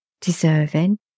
deserving